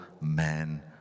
man